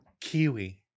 kiwi